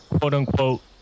quote-unquote